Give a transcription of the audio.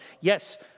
Yes